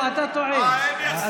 אתה טועה.